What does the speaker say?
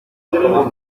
juntos